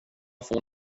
får